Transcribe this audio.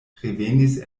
revenis